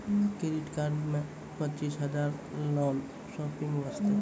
Credit card मे पचीस हजार हजार लोन शॉपिंग वस्ते?